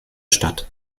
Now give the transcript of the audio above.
statt